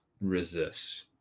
resists